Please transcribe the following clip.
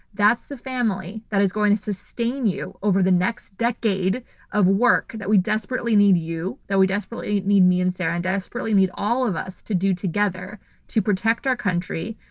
that's the family that is going to sustain you over the next decade of work that we desperately need you, that we desperately need me and sarah and desperately need all of us to do together to protect our country,